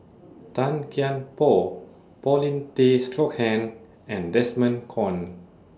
Tan Kian Por Paulin Tay Straughan and Desmond Kon